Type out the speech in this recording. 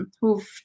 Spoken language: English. who've